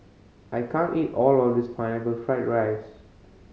I can't eat all of this pineapple fry rice